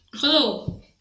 Hello